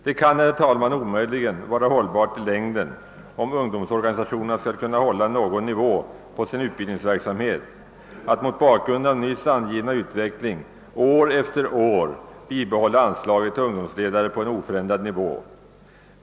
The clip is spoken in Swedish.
Det kan, herr talman, omöjligen vara hållbart i längden, om ungdomsorganisationerna skall kunna hålla någon nivå på sin utbildningsverksamhet, att år efter år låta anslaget till utbildning av ungdomsledare vara oförändrat.